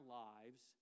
lives